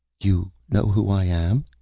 you know who i am?